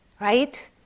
Right